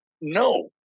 No